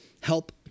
help